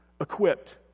equipped